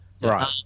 Right